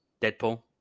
Deadpool